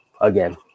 again